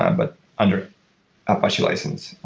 and but under apache license.